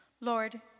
Lord